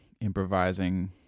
improvising